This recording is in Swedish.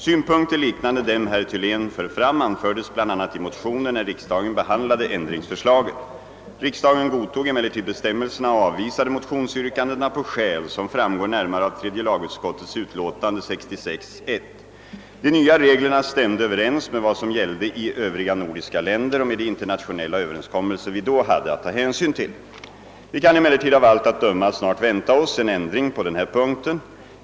Synpunkter liknande dem herr Thylén för fram anfördes bl.a. i motioner när riksdagen behandlade ändringsförslaget. Riksdagen godtog emellertid bestämmelserna och avvisade motionsyrkandena på skäl som framgår närmare av tredje lagutskottets utlåtande 1966:1. De nya reglerna stämde överens med vad som gällde i övriga nordiska länder och med de internationella överenskommelser vi då hade att ta hänsyn till. Vi kan emellertid av allt att döma snart vänta oss en ändring på den här punkten.